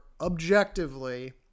objectively